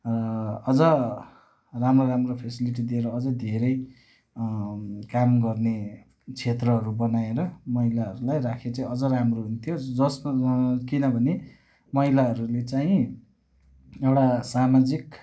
अझ राम्रो राम्रो फेसिलिटी दिएर अझै धेरै काम गर्ने क्षेत्रहरू बनाएर महिलाहरूलाई राखे चाहिँ अझ राम्रो हुन्थ्यो जस किनभने महिलाहरूले चाहिँ एउटा सामाजिक